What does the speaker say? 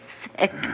sick